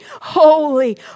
holy